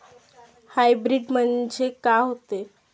Hybrid म्हनजे का होते?